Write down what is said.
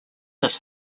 this